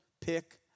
pick